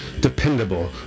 dependable